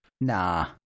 Nah